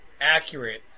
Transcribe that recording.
accurate